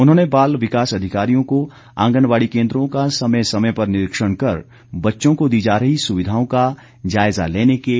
उन्होंने बाल विकास अधिकारियों को आंगनबाड़ी केन्द्रों का समय समय पर निरीक्षण कर बच्चों को दी जा रही सुविधाओं का जायजा लेने के निर्देश दिए